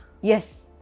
yes